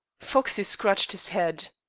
foxey scratched his head.